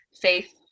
faith